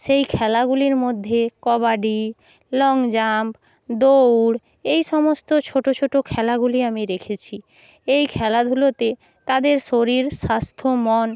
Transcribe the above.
সেই খেলাগুলির মধ্যে কবাডি লং জাম্প দৌড় এই সমস্ত ছোট ছোট খেলাগুলি আমি রেখেছি এই খেলাধুলোতে তাদের শরীর স্বাস্থ্য মন